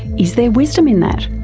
is there wisdom in that?